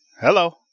Hello